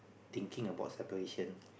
thinking about separation